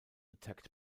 attacked